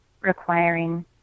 requiring